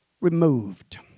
removed